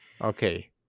Okay